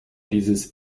dieses